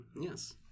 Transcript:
yes